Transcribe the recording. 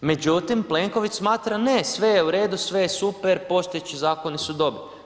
Međutim, Plenković smatra ne, sve je u redu, sve je super, postojeći zakoni su dobri.